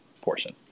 portion